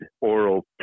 oral